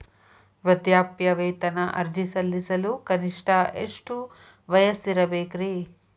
ವೃದ್ಧಾಪ್ಯವೇತನ ಅರ್ಜಿ ಸಲ್ಲಿಸಲು ಕನಿಷ್ಟ ಎಷ್ಟು ವಯಸ್ಸಿರಬೇಕ್ರಿ?